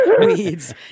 weeds